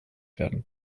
werden